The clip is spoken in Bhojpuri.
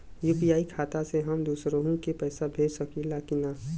यू.पी.आई खाता से हम दुसरहु के पैसा भेज सकीला की ना?